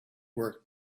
work